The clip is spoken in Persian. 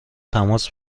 تماس